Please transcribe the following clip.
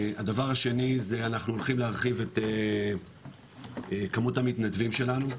הדבר השני זה אנחנו הולכים להרחיב את כמות המתנדבים שלנו,